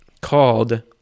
called